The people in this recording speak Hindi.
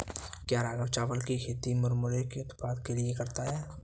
क्या राघव चावल की खेती मुरमुरे के उत्पाद के लिए करता है?